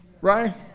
right